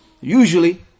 Usually